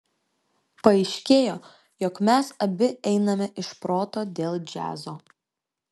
paaiškėjo jog mes abi einame iš proto dėl džiazo